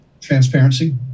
transparency